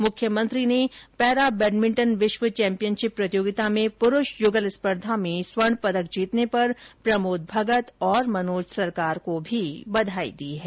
मुख्यमंत्री ने para badminton विश्व चैम्पियनशिप प्रतियोगिता में पुरूष यूगल स्पर्धा में स्वर्ण पदक जीतने पर प्रमोद भगत और मनोज सरकार को भी बधाई दी हैं